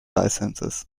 licences